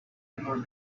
ever